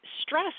stress